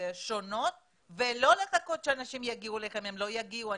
שונות ולא לחכות שאנשים יגיעו אליכם כי הם לא יגיעו.